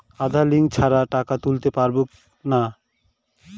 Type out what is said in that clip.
আধার link ছাড়া টাকা তুলতে পারব না?